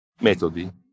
metodi